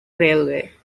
railway